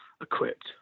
equipped